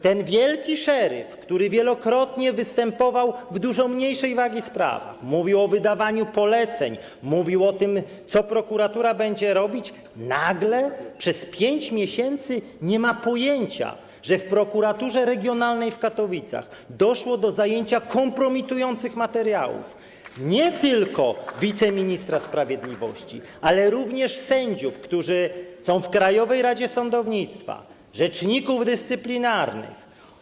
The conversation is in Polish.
Ten wielki szeryf, który wielokrotnie występował w dużo mniejszej wagi sprawach, mówił o wydawaniu poleceń, mówił o tym, co prokuratura będzie robić, nagle przez pięć miesięcy nie ma pojęcia, że w prokuraturze regionalnej w Katowicach doszło do zajęcia kompromitujących materiałów nie tylko wiceministra sprawiedliwości, ale również sędziów, którzy są w Krajowej Radzie Sądownictwa, rzeczników dyscyplinarnych.